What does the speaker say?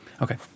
Okay